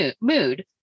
mood